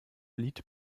lied